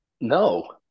No